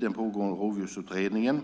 Den pågående Rovdjursutredningen